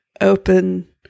open